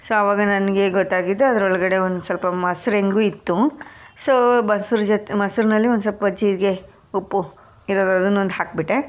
so ಆವಾಗ ನನಗೆ ಗೊತ್ತಾಗಿದ್ದು ಅದ್ರೊಳಗಡೆ ಒಂದು ಸ್ವಲ್ಪ ಮೊಸ್ರು ಹೆಂಗು ಇತ್ತು ಸೊ ಮೊಸ್ರು ಜೊತೆ ಮೊಸ್ರಿನಲ್ಲಿ ಒಂದು ಸ್ವಲ್ಪ ಜೀರಿಗೆ ಉಪ್ಪು ಅದನ್ನೊಂದು ಹಾಕಿಬಿಟ್ಟೆ